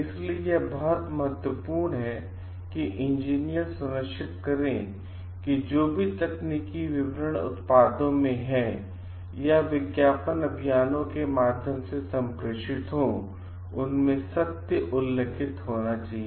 इसलिए यह बहुत महत्वपूर्ण है कि इंजीनियर सुनिश्चित करें कि जो भी तकनीकी विवरण उत्पादों में हैं या विज्ञापन अभियानों के माध्यम से संप्रेषित हों उनमें सत्य उल्लिखित होना चाहिए